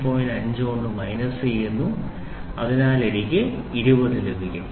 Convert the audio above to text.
500 കൊണ്ട് മൈനസ് ചെയ്യുന്നു അതിനാൽ എനിക്ക് 20 ലഭിക്കും